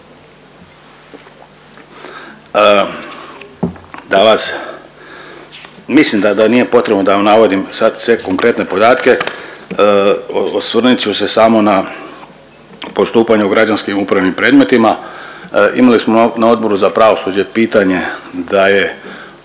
mislim da, da nije potrebno da vam navodim sad sve konkretne podatke, osvrnut ću se samo na postupanja u građanskim i upravnim predmetima. Imali smo na Odboru za pravosuđe pitanje da je